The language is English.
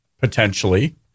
potentially